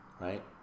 right